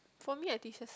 for I think it's just